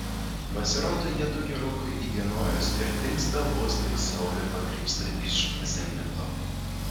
pasirodo jiedu gerokai įdienojus ir dingsta vos tik saulė pakrypsta iš zenito